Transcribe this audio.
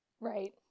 Right